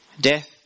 death